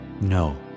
no